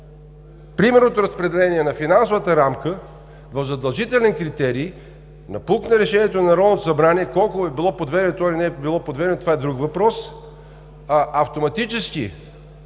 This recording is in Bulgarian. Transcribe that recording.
примерното разпределение на финансовата рамка в задължителен критерий, напук на решението на Народното събрание – колко е било подведено то, или не е било подведено, това е друг въпрос, автоматически